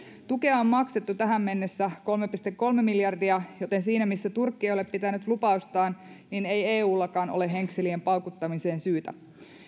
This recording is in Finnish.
tukea on maksettu tähän mennessä kolme pilkku kolme miljardia joten siinä missä turkki ei ole pitänyt lupaustaan niin ei eullakaan ole henkselien paukuttamiseen syytä